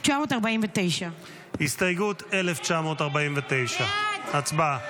1949. הסתייגות 1949. הצבעה.